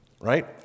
right